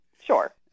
sure